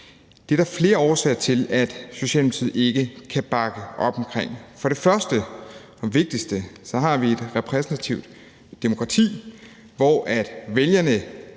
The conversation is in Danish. Det er der flere årsager til at Socialdemokratiet ikke kan bakke op om. For det første og vigtigste har vi et repræsentativt demokrati, hvor vælgerne